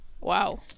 wow